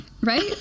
Right